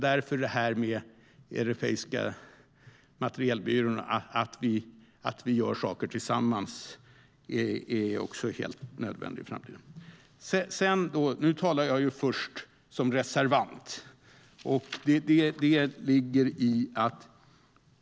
Därför är det helt nödvändigt att vi gör saker tillsammans i framtiden, bland annat genom den europeiska försvarsmaterielbyrån. Jag talar först och främst som reservant.